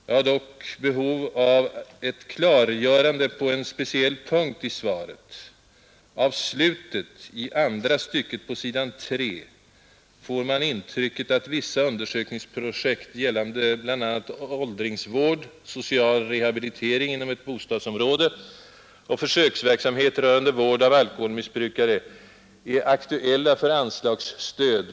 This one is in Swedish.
Jag har dock behov av ett klargörande på en speciell punkt i svaret. Av slutet i andra stycket på s. 3 får man intrycket att vissa undersökningsprojekt gällande bl.a. åldringsvård, social rehabilitering inom ett bostadsområde och försöksverksamhet rörande vården av alkoholmissbrukare är aktuella för anslagsstöd.